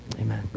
amen